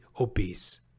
obese